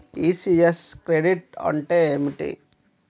ECS credit అంటే ఏమిటి?